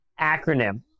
acronym